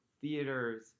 theaters